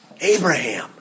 Abraham